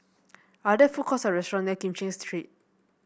are there food courts or restaurant near Kim Cheng Street